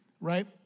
right